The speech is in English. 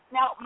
Now